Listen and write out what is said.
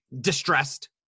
distressed